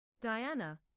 Diana